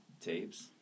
tapes